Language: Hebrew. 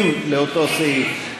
80 לאותו סעיף,